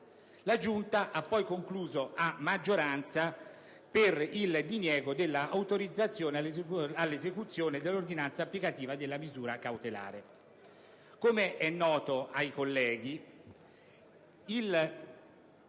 La Giunta ha poi concluso, a maggioranza, per il diniego dell'autorizzazione all'esecuzione dell'ordinanza applicativa della misura cautelare.